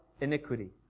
iniquity